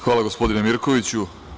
Hvala gospodine Mirkoviću.